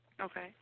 Okay